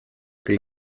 que